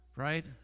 right